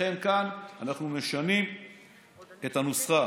לכן, כאן אנחנו משנים את הנוסחה.